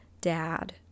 dad